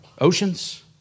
oceans